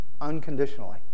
unconditionally